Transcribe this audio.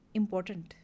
important